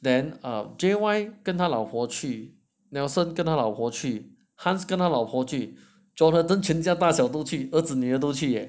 then err J_Y 跟他老婆去 nelson 跟他老婆去 hans 跟他老婆去 jonathan 全家大小都去儿子女儿都去 eh